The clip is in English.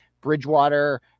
Bridgewater